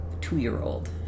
Two-year-old